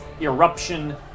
eruption